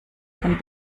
von